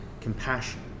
compassion